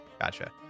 Gotcha